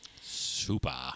Super